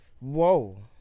whoa